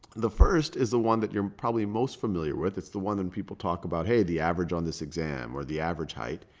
the first is the one that you're probably most familiar with. it's the one and people talk about hey, the average on this exam or the average height.